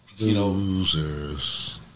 losers